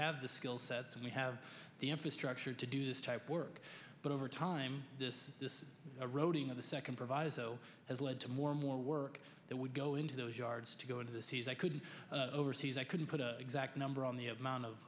have the skill sets and we have the infrastructure to do this type work but over time this is a roading of the second proviso has led to more and more work that would go into those yards to go into the seas i could overseas i couldn't put a exact number on the amount of